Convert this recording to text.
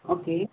okay